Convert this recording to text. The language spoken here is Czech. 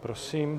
Prosím.